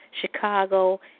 Chicago